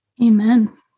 Amen